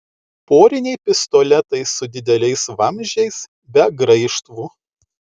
poriniai pistoletai su dideliais vamzdžiais be graižtvų